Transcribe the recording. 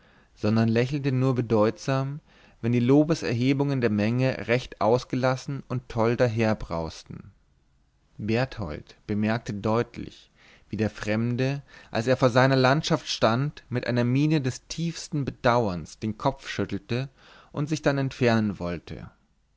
sondern lächelte nur bedeutsam wenn die lobeserhebungen der menge recht ausgelassen und toll daherbrausten berthold bemerkte deutlich wie der fremde als er vor seiner landschaft stand mit einer miene des tiefsten bedauerns den kopf schüttelte und dann sich entfernen wollte